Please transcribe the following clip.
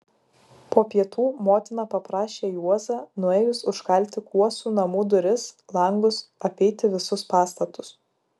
po pietų motina paprašė juozą nuėjus užkalti kuosų namų duris langus apeiti visus pastatus